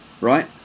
Right